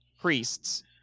priests